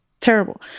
Terrible